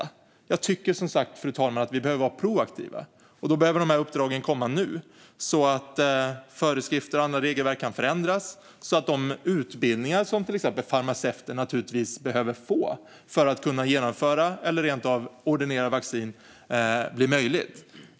Fru talman! Jag tycker som sagt att vi behöver vara proaktiva, och då behöver uppdragen komma nu så att föreskrifter och andra regelverk kan ändras så att de utbildningar som till exempel farmaceuter naturligtvis behöver få för att kunna genomföra vaccinationer eller rent av ordinera vaccin blir möjliga.